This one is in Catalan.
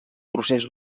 procés